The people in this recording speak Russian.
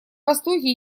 востоке